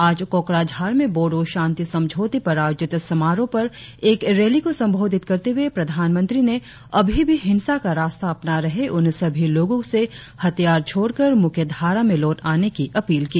आज कोकराझार में बोड़ो शांति समझौते पर आयोजित समारोह पर एक रैली को संबोधित करते हुए प्रधानमंत्री ने अभी भी हिंसा का रास्ता अपना रहे उन सभी लोगों से हथियार छोड़कर मुख्यधारा में लौट आने की अपील की